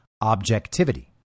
objectivity